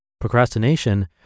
Procrastination